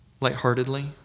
lightheartedly